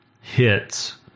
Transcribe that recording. hits